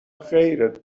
خیرت